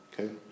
okay